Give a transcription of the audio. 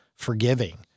forgiving